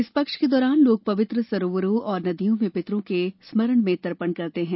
इस पक्ष के दौरान लोग पवित्र सरोवरों और नदियों में पितरों के स्मरण में तर्पण करते हैं